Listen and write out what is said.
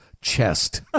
chest